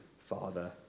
Father